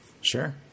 Sure